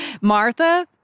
Martha